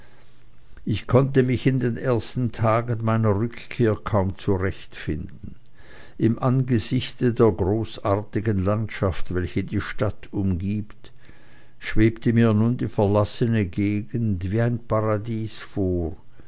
ich konnte mich in den ersten tagen meiner rückkehr kaum zurechtfinden im angesichte der großartigen landschaft welche die stadt umgibt schwebte mir nun die verlassene gegend wie ein paradies vor